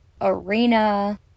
arena